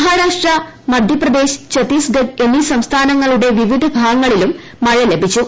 മഹാരാഷ്ട്ര മധ്യപ്രദേശ് ഛത്തീസ്ഗഡ് എന്നീ സംസ്ഥാനങ്ങളുടെ വിവിധ ഭാഗങ്ങളിലും മഴ ലഭിച്ചു